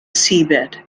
seabed